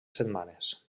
setmanes